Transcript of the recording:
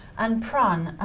and prun,